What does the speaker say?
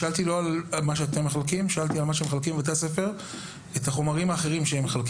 שאלתי לא על החומרים שאתם מחלקים בבתי הספר אלא על ספרי הלימוד האחרים.